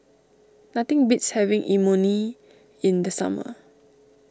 nothing beats having Imoni in the summer